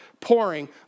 pouring